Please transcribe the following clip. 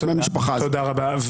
תודה רבה.